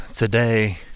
Today